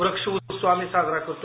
व्रक्ष उत्सव आम्ही साजरा करतो